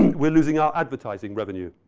we're losing our advertising revenue.